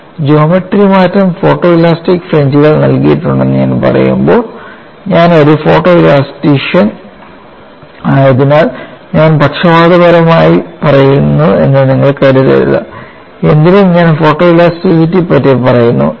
geometry മാറ്റം photoelastic ഫ്രിഞ്ച്കൾ നൽകിയിട്ടുണ്ടെന്ന് ഞാൻ പറയുമ്പോൾ ഞാൻ ഒരു ഫോട്ടോ ഇലാസ്റ്റിഷ്യൻ ആയതിനാൽ ഞാൻ പക്ഷപാതപരനാണെന്ന് നിങ്ങൾ കരുതരുത് എന്തിനും ഞാൻ ഫോട്ടോലാസ്റ്റിറ്റി പറ്റി പറയുന്നു എന്ന്